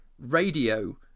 radio